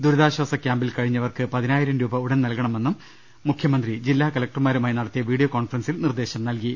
ദുരിതാ ശ്വാസ ക്യാമ്പിൽ കഴിഞ്ഞവർക്ക് പതിനായിരം രൂപ ഉടൻ നൽകണമെന്നും മുഖ്യമന്ത്രി ജില്ലാ കലക്ടർമാരുമായി നടത്തിയ വീഡിയോ കോൺഫ റൻസിൽ നിർദ്ദേശം നൽകി